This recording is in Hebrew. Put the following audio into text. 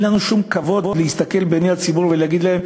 אין לנו שום כבוד להסתכל בעיני הציבור ולהגיד להם,